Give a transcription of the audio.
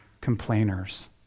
complainers